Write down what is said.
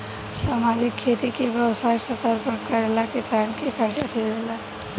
सरकार खेती के व्यवसायिक स्तर पर करेला किसान के कर्जा देवे ले